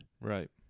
Right